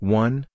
one